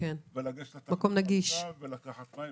לגשת לתחנת החלוקה ולקחת מים,